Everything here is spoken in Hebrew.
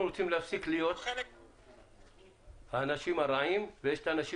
שאנחנו רוצים להפסיק להיות האנשים הרעים וזאת כאשר יש את האנשים